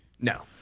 No